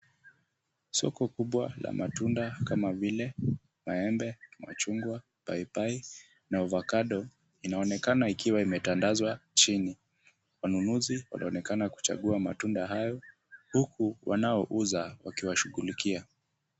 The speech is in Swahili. Soko kubwa la matunda kama vile maembe, machungwa, papai na ovakado inaonekana ikiwa imetandazwa chini. Wanunuzi wanaonekana kuchagua matunda hayo huku wanaouza wakiwashughulikia.